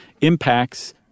impacts